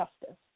justice